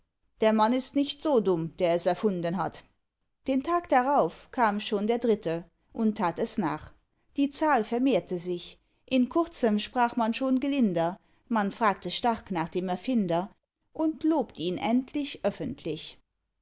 der mann ist nicht so dumm der es erfunden hat den tag darauf kam schon der dritte und tat es nach die zahl vermehrte sich in kurzem sprach man schon gelinder man fragte stark nach dem erfinder und lobt ihn endlich öffentlich